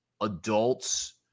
adults